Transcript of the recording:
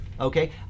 Okay